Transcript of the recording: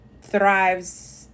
thrives